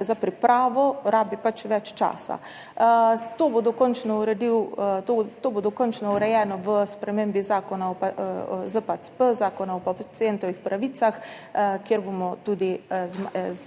za pripravo rabi pač več časa. To bo dokončno urejeno v spremembi ZPacP, Zakona o pacientovih pravicah, kjer bomo tudi zmanjšali